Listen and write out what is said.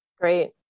Great